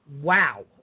wow